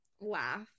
laugh